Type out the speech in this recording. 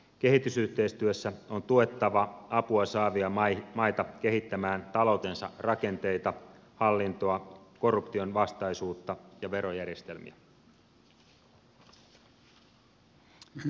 kehitysyhteistyössä on tuettava apua saavia maita kehittämään taloutensa rakenteita hallintoa korruption vastaisuutta ja verojärjestelmiä